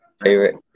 Favorite